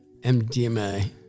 MDMA